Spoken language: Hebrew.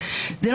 בלבד,